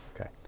Okay